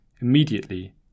immediately